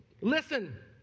Listen